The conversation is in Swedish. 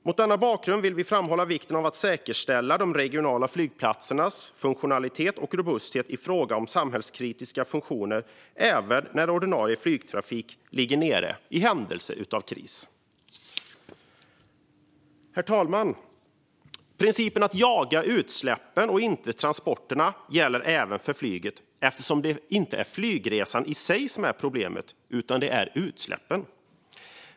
Mot denna bakgrund vill vi framhålla vikten av att säkerställa de regionala flygplatsernas funktionalitet och robusthet i fråga om samhällskritiska funktioner även när ordinarie flygtrafik ligger nere i händelse av kris. Herr talman! Principen att jaga utsläppen och inte transporterna gäller även flyget eftersom det inte är flygresan i sig som är problemet utan utsläppen.